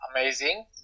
amazing